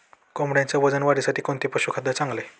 कोंबडीच्या वजन वाढीसाठी कोणते पशुखाद्य चांगले?